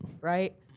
right